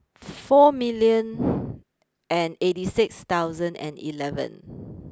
four million and eighty six thousand and eleven